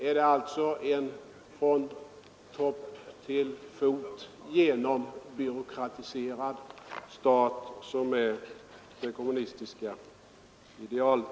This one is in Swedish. Är det alltså en från topp till tå genombyråkratiserad stat som är det kommunistiska idealet?